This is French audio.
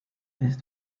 baisse